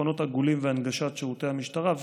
שולחנות עגולים והנגשת שירותי המשטרה,